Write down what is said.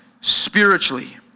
spiritually